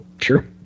Sure